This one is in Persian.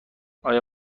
آیا